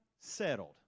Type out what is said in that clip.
settled